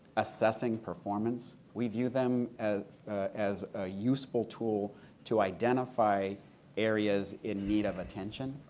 assessing performance. we view them as as a useful tool to identify areas in need of attention.